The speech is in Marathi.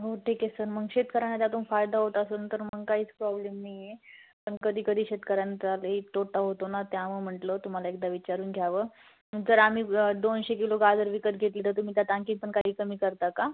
हो ठीक आहे सर मग शेतकऱ्यांना त्यातून फायदा होत असंन तर मग काहीच प्रॉब्लेम नाही आहे पण कधीकधी शेतकऱ्यांचा लई तोटा होतो ना त्यामुळं म्हटलं तुम्हाला एकदा विचारून घ्यावं जर आम्ही दोनशे किलो गाजर विकत घेतली तर तुम्ही त्यात आणखीन पण काही कमी करता का